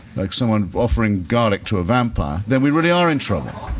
like someone offering garlic to a vampire, then we really are in trouble.